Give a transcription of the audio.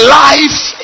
life